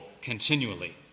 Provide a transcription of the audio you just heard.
continually